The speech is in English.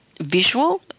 visual-